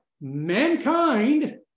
mankind